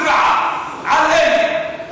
בריאות,